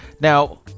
Now